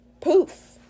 poof